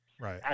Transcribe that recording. Right